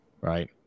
right